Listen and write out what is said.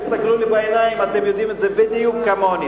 תסתכלו לי בעיניים, אתם יודעים את זה בדיוק כמוני.